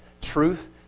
truth